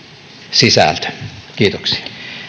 sisältö kiitoksia